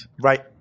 Right